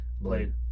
Blade